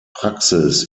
praxis